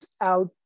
out